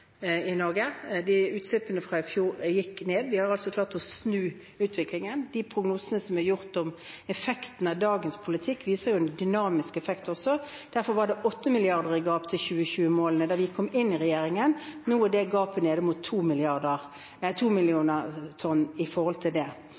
i Norge. Utslippene i fjor gikk ned. Vi har altså klart å snu utviklingen. De prognosene som er gjort om effekten av dagens politikk, viser en dynamisk effekt. Det var 8 milliarder i gap til 2020-målene da vi kom inn i regjeringen. Nå er det gapet ned mot